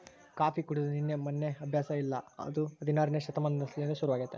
coffee ಕುಡೆದು ನಿನ್ನೆ ಮೆನ್ನೆ ಅಭ್ಯಾಸ ಅಲ್ಲ ಇದು ಹದಿನಾರನೇ ಶತಮಾನಲಿಸಿಂದ ಶುರುವಾಗೆತೆ